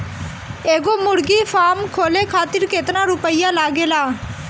एगो मुर्गी फाम खोले खातिर केतना रुपया लागेला?